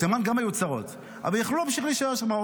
גם בתימן היו צרות, אבל יכלו פשוט להישאר שם.